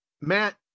Matt